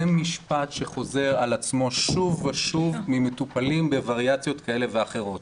זה משפט שחוזר על עצמו שוב ושוב ממטופלים בווריאציות כאלה ואחרות.